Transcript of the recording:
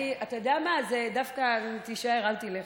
אתה יודע מה, דווקא תישאר, אל תלך.